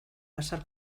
pasar